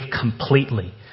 completely